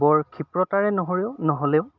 বৰ খিপ্ৰতাৰে নহ'ৰেও নহ'লেও